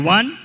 One